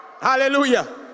Hallelujah